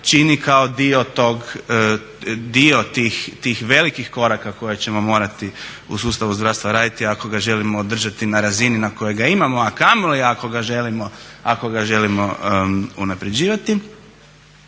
čini kao dio tih velikih koraka koje ćemo morati u sustavu zdravstva raditi ako ga želimo održati na razini na kojoj ga imamo, a kamoli ako ga želimo unapređivati.